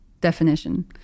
definition